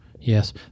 Yes